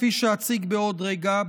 כפי שאציג בעוד רגע,